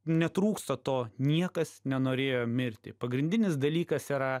netrūksta to niekas nenorėjo mirti pagrindinis dalykas yra